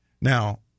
Now